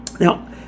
Now